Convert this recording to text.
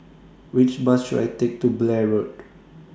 Which Bus should I Take to Blair Road